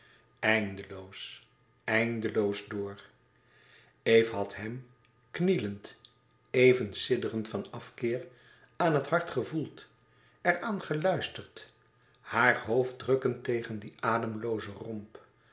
eindeloos eindeloos door eve had hem knielend even sidderend van afkeer aan het hart gevoeld er aan geluisterd haar hoofd drukkend tegen dien ademloozen romp